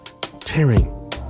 tearing